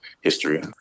history